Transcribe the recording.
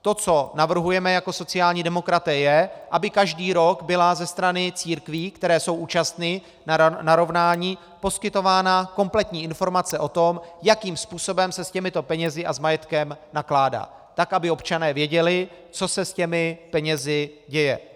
To, co navrhujeme jako sociální demokraté, je, aby každý rok byla ze strany církví, které jsou účastny narovnání, poskytována kompletní informace o tom, jakým způsobem se s těmito penězi a s majetkem nakládá, tak aby občané věděli, co se s těmi penězi děje.